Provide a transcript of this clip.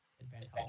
advantage